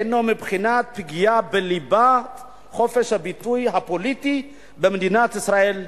הינן בבחינת פגיעה בליבת חופש הביטוי הפוליטי במדינת ישראל,